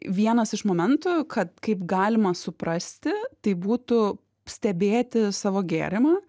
vienas iš momentų kad kaip galima suprasti tai būtų stebėti savo gėrimą